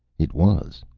it was.